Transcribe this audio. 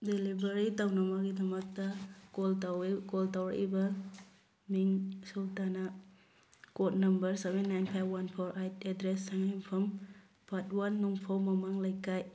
delivery ꯇꯧꯅꯕꯒꯤꯗꯃꯛꯇ call ꯇꯧꯋꯦ call ꯇꯧꯔꯛꯏꯕ ꯃꯤꯡ ꯁꯨꯜꯇꯅꯥ code number seven nine five one four eight address ꯁꯉꯥꯏꯌꯨꯝꯐꯝ ꯄꯥꯠ ꯋꯥꯟ ꯅꯨꯡꯐꯧ ꯃꯃꯥꯡ ꯂꯩꯀꯥꯏ